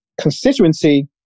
constituency